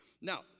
Now